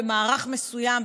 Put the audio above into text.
במערך מסוים,